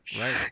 right